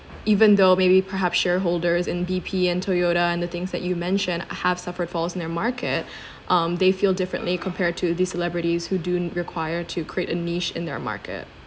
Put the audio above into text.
even though maybe perhaps shareholders in B_P and Toyota and the things that you mentioned have suffered falls in their market um they feel differently compared to these celebrities who don't require to create a niche in their market